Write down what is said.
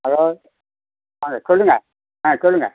hello ஆ சொல்லுங்கள் ஆ சொல்லுங்கள்